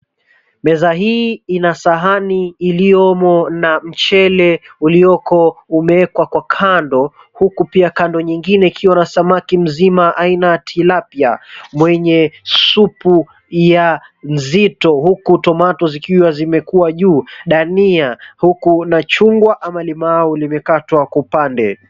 Meza hii ina sahani iliyomo na mchele ulioko umewekwa kwa kando huku pia kando nyingine ikiwa na samaki mzima aina ya tilapia mwenye supu ya nzito huku tomato zikiwa zimewekwa juu, dania huku na chungwa ama limau limekatwa kwa pande.